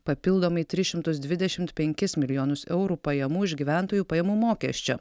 papildomai tris šimtus dvidešimt penkis milijonus eurų pajamų iš gyventojų pajamų mokesčio